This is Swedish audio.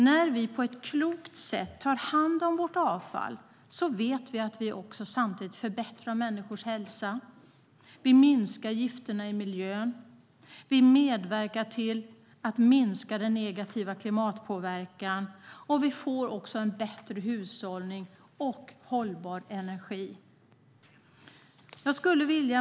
När vi på ett klokt sätt tar hand om vårt avfall vet vi att vi också samtidigt förbättrar människors hälsa, vi minskar gifterna i miljön, vi medverkar till att minska den negativa klimatpåverkan och vi får en bättre hushållning och hållbar energi.